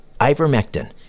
Ivermectin